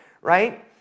right